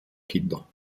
kinder